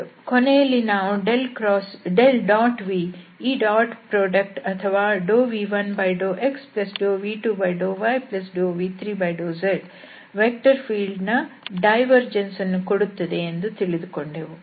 ಕೊನೆಯಲ್ಲಿ ನಾವು v ಈ ಡಾಟ್ ಉತ್ಪನ್ನ ಅಥವಾ v1∂xv2∂yv3∂z ವೆಕ್ಟರ್ ಫೀಲ್ಡ್ ನ ಡೈವರ್ಜೆನ್ಸ್ ವನ್ನು ಕೊಡುತ್ತದೆ ಎಂದು ತಿಳಿದುಕೊಂಡೆವು